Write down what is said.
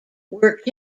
worked